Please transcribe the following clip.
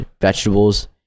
vegetables